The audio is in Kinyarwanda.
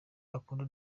akunda